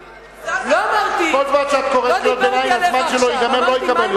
כל זמן שאת קוראת קריאות ביניים הזמן שלו לא ייגמר.